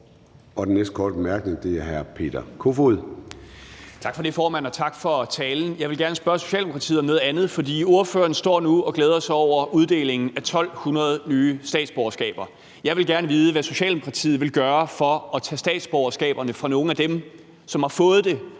er fra hr. Peter Kofod. Kl. 10:14 Peter Kofod (DF): Tak for det, formand, og tak for talen. Jeg vil gerne spørge Socialdemokratiet om noget andet, for ordføreren står nu og glæder sig over uddelingen af 1.200 nye statsborgerskaber. Jeg vil gerne vide, hvad Socialdemokratiet vil gøre for at tage statsborgerskaberne fra nogle af dem, som har fået det,